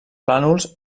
plànols